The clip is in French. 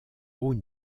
haut